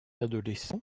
adolescent